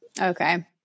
Okay